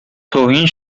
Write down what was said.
توهین